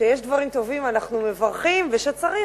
כשיש דברים טובים אנחנו מברכים וכשצריך,